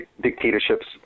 dictatorships